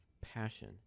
passion